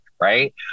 right